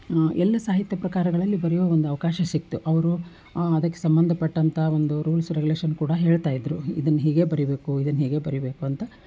ಎಲ್ಲ ಸಾಹಿತ್ಯ ಪ್ರಕಾರಗಳಲ್ಲಿ ಬರೆಯೋ ಒಂದು ಅವಕಾಶ ಸಿಕ್ತು ಅವರು ಅದಕ್ಕೆ ಸಂಬಂಧಪಟ್ಟಂಥ ಒಂದು ರೂಲ್ಸು ರೆಗ್ಯುಲೆಶನ್ ಕೂಡಾ ಹೇಳ್ತಾಯಿದ್ರು ಇದನ್ನ ಹೀಗೇ ಬರಿಬೇಕು ಇದನ್ನ ಹೀಗೆಯೇ ಬರಿಬೇಕು ಅಂತ